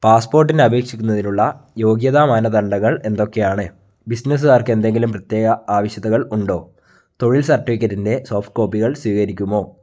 പാസ്പോർട്ടിന് അപേക്ഷിക്കുന്നതിനുള്ള യോഗ്യതാ മാനദണ്ഡങ്ങൾ എന്തൊക്കെയാണ് ബിസിനസുകാർക്ക് എന്തെങ്കിലും പ്രത്യേക ആവശ്യകതകൾ ഉണ്ടോ തൊഴിൽ സർട്ടിഫിക്കറ്റിൻ്റെ സോഫ്റ്റ് കോപ്പികൾ സ്വീകരിക്കുമോ